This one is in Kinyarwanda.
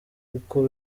uko